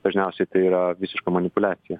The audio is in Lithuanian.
dažniausiai tai yra visiška manipuliacija